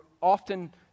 often